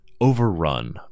overrun